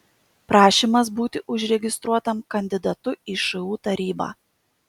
prašymas būti užregistruotam kandidatu į šu tarybą